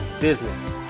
business